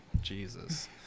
Jesus